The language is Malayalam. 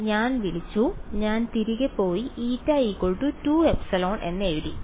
ഞാൻ വിളിച്ചു ഞാൻ തിരികെ പോയി η 2ε